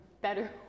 better